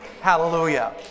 Hallelujah